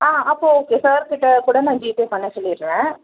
ஆ அப்போ ஓகே சார்கிட்ட கூட நான் ஜீபே பண்ண சொல்லிடுறேன்